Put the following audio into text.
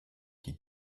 die